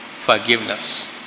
forgiveness